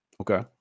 okay